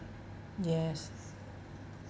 yes